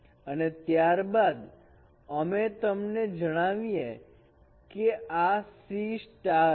અને ત્યારબાદ અમે તમને જણાવીએ કે આ C સ્ટાર છે